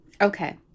okay